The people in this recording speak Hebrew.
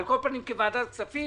על כל פנים כוועדת כספים